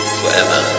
forever